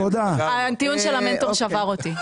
הטיעון של המנטור שבר אותי.